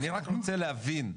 אני רק רוצה להבין,